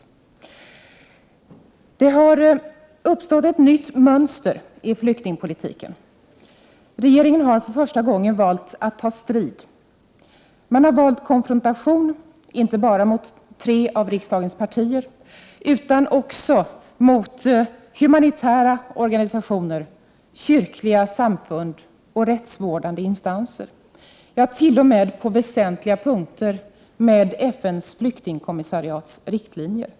j Det har uppstått ett nytt mönster i flyktingpolitiken. Regeringen har för första gången valt att ta strid. Man har valt konfrontation, inte bara med tre av riksdagens partier utan också med humanitära organisationer, kyrkliga samfund och rättsvårdande instanser, ja, t.o.m. på väsentliga punkter med FN:s flyktingkommissariats riktlinjer.